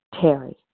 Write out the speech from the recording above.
Terry